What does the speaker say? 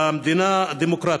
במדינה דמוקרטית.